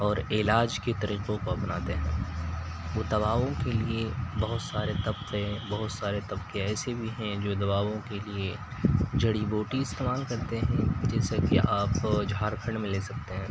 اور علاج کے طریقوں کو اپناتے ہیں وہ دواؤں کے لیے بہت سارے طبقے بہت سارے طبقے ایسے بھی ہیں جو دواؤں کے لیے جڑی بوٹی استعمال کرتے ہیں جیسے کہ آپ جھار کھنڈ میں لے سکتے ہیں